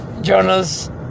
journals